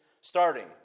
starting